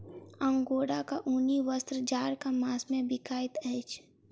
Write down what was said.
अंगोराक ऊनी वस्त्र जाड़क मास मे बिकाइत अछि